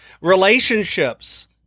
Relationships